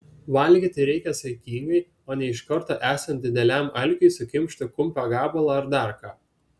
valgyti reikia saikingai o ne iš karto esant dideliam alkiui sukimšti kumpio gabalą ar dar ką